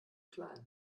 klein